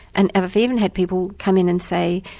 and i've even had people come in and say,